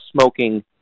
smoking